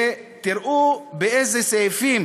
ותראו באיזה סעיפים